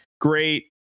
great